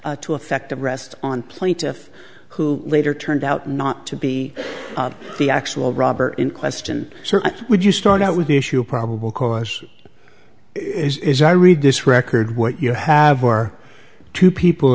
to affect the rest on plaintiff who later turned out not to be the actual robber in question so would you start out with the issue probable cause is i read this record what you have are two